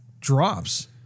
drops